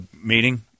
meeting